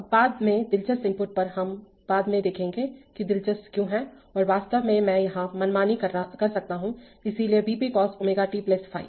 अब बाद में दिलचस्प इनपुट पर हम बाद में देखेंगे कि यह दिलचस्प क्यों है और वास्तव में मैं यहां मनमानी कर सकता हूं इसलिए V p cos ω t ϕ